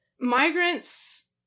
migrants